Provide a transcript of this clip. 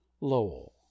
lowell